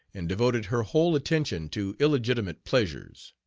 and devoted her whole attention to illegitimate pleasures.